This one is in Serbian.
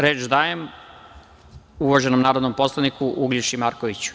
Reč dajem uvaženom narodnom poslaniku Uglješi Markoviću.